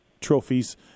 trophies